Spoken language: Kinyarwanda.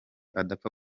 adapfa